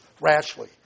rashly